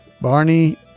Barney